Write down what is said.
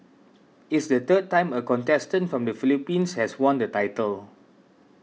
it's the third time a contestant from the Philippines has won the title